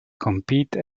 compete